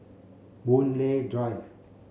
Boon Lay Drive